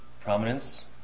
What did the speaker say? prominence